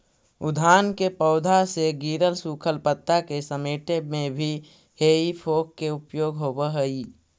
उद्यान के पौधा से गिरल सूखल पता के समेटे में भी हेइ फोक के उपयोग होवऽ हई